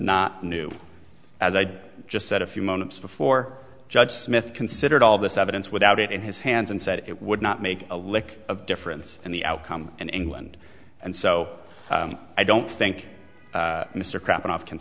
not new as i just said a few moments before judge smith considered all this evidence without it in his hands and said it would not make a lick of difference in the outcome in england and so i don't think mr crapping off can